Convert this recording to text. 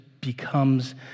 becomes